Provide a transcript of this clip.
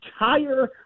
entire